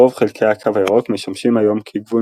רוב חלקי הקו הירוק משמשים היום כגבול